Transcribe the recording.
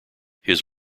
his